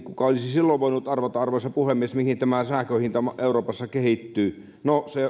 olisi osannut arvata arvoisa puhemies mihin tämä sähkön hinta euroopassa kehittyy no